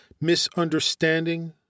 misunderstanding